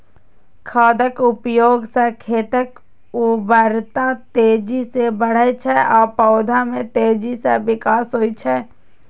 खादक उपयोग सं खेतक उर्वरता तेजी सं बढ़ै छै आ पौधा मे तेजी सं विकास होइ छै